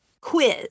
quiz